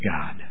God